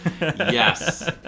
Yes